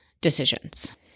decisions